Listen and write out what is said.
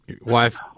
wife